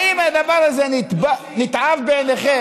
האם אין הדבר הזה נתעב בעיניכם?